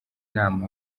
inama